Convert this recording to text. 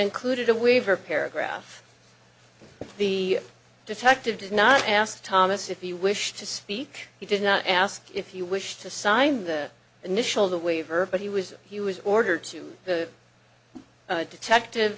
included a waiver paragraph the detective did not ask thomas if you wish to speak he did not ask if you wish to sign the initial the waiver but he was he was ordered to the detective